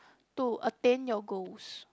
to attain your goals